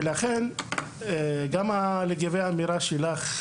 גם לגבי האמירה שלך,